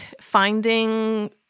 finding